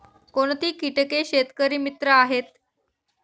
कोणती किटके शेतकरी मित्र आहेत?